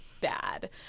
bad